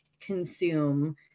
consume